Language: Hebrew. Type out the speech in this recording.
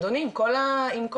אדוני, עם כל הכבוד.